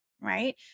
right